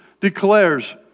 declares